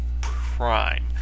prime